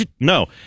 No